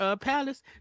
Palace